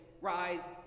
Rise